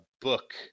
book